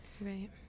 right